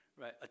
right